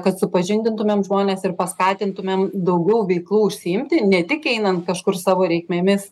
kad supažindintumėm žmones ir paskatintumėm daugiau veiklų užsiimti ne tik einant kažkur savo reikmėmis